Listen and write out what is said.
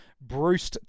Bruce